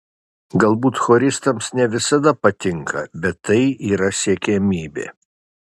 galbūt choristams ne visada patinka bet tai yra siekiamybė